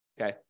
Okay